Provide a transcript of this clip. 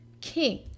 king